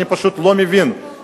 אני פשוט לא מבין,